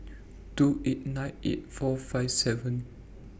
two eight nine eight four five seven